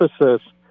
emphasis